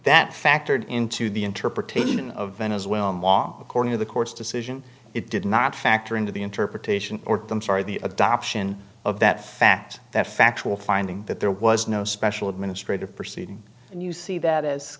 that factored into the interpretation of venezuelan law according to the court's decision it did not factor into the interpretation or i'm sorry the adoption of that fact that factual finding that there was no special administrative proceeding and you see that as